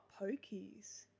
pokies